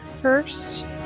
first